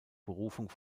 berufung